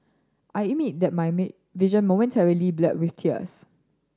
I that my vision momentarily blurred with tears